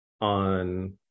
on